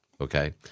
okay